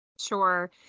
Sure